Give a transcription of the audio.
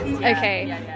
Okay